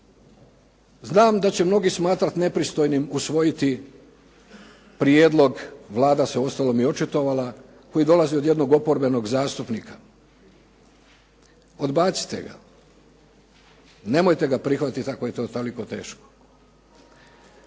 znam da će mnogi smatrat nepristojnim usvojit prijedlog, Vlada se uostalom i očitovala, koji dolazi od jednog oporbenog zastupnika. Odbacite ga. Nemojte ga prihvatit ako je to toliko teško.